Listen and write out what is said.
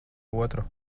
otru